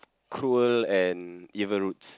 cruel and evil roots